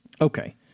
Okay